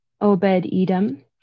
Obed-Edom